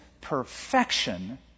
perfection